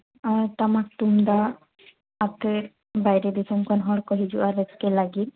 ᱟᱨ ᱴᱟᱢᱟᱠ ᱛᱩᱢᱫᱟᱜ ᱟᱛᱮᱫ ᱵᱟᱭᱨᱮ ᱫᱤᱥᱚᱢ ᱠᱷᱚᱱ ᱦᱚᱲ ᱠᱚ ᱦᱤᱡᱩᱜᱼᱟ ᱨᱟᱹᱥᱠᱟᱹ ᱞᱟᱹᱜᱤᱫ